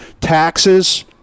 Taxes